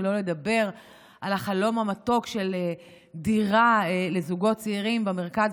שלא לדבר על החלום המתוק של דירה לזוגות צעירים במרכז,